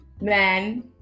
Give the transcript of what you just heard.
men